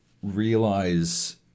realize